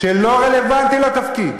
שלא רלוונטי לתפקיד.